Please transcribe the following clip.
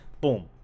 Boom